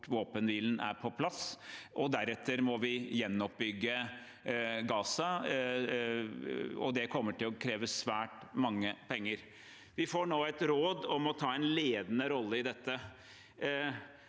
våpenhvilen er på plass. Deretter må vi gjenoppbygge Gaza, og det kommer til å kreve svært mange penger. Vi får nå et råd om å ta en ledende rolle i dette.